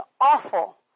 awful